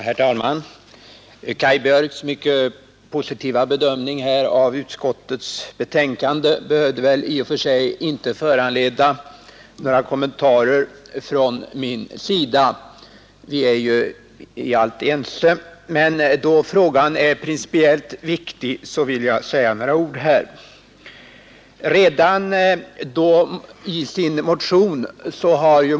Herr talman! Kaj Björks mycket positiva bedömning av utskottets betänkande behöver kanske i och för sig inte föranleda några kommentarer från min sida — vi är ju ense i allt — men då frågan är principiellt viktig vill jag ändå här säga några ord.